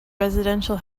residential